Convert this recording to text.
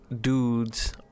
dudes